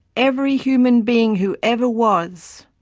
every human being who ever was,